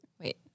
Wait